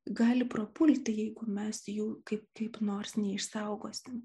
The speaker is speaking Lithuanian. gali prapulti jeigu mes jų kaip kaip nors neišsaugosim